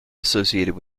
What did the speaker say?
associated